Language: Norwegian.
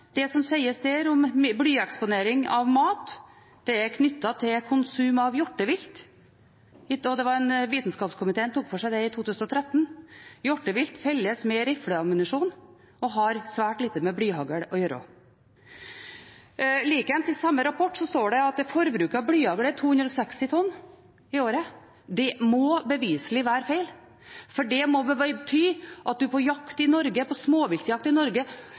Det som sies i Miljødirektoratets rapport om blyeksponering via mat, er knyttet til konsum av hjortevilt. Vitenskapskomiteen for mattrygghet tok for seg dette i 2013. Hjortevilt felles med rifleammunisjon og har svært lite med blyhagl å gjøre. Likedan står det i samme rapport at forbruket av blyhagl er 260 tonn i året. Det må beviselig være feil, for det må bety at man på småviltjakt i Norge